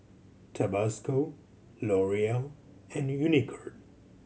Tabasco L'Oreal and Unicurd